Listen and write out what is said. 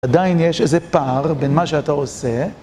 עדיין יש איזה פער בין מה שאתה עושה.